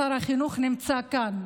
שר החינוך נמצא כאן.